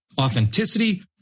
authenticity